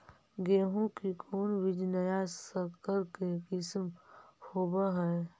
गेहू की कोन बीज नया सकर के किस्म होब हय?